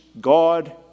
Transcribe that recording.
God